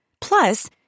Plus